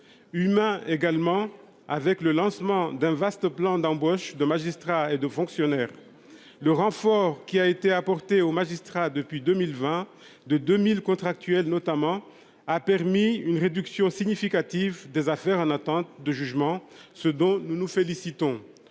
humain également avec le lancement d'un vaste plan d'embauche de magistrats et de fonctionnaires le renfort qui a été apportée aux magistrats depuis 2020 de 2000 contractuels notamment a permis une réduction significative des affaires en attente de jugement. Ce dont nous nous félicitons